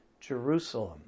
Jerusalem